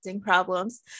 problems